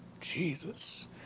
Jesus